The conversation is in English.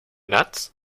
nuts